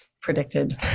predicted